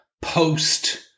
post